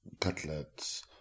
Cutlets